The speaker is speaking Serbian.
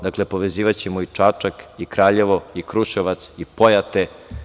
Dakle, povezivaćemo i Čačak, i Kraljevo, i Kruševac, i Pojate.